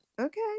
Okay